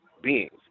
beings